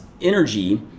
energy